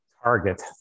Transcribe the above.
target